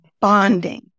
bonding